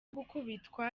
gukubitwa